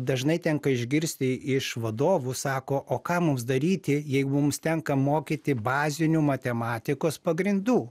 dažnai tenka išgirsti iš vadovų sako o ką mums daryti jeigu mums tenka mokyti bazinių matematikos pagrindų